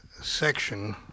section